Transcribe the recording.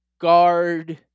guard